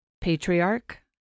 Patriarch